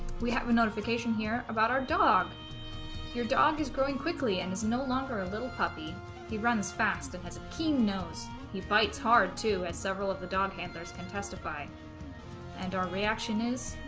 we have a notification here about our dog your dog is growing quickly and is no longer a little puppy he runs fast and has a keen nose he bites hard as several of the dog handlers can testify and our reaction is